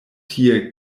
tie